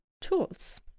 tools